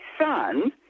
son